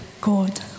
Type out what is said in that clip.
God